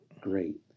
great